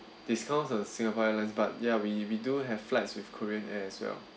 discounts on singapore airlines but ya we we do have flights with korean air as well